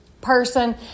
person